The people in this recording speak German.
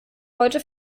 heute